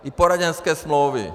I poradenské smlouvy.